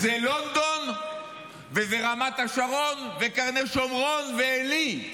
זה לונדון וזה רמת השרון וקרני שומרון ועלי.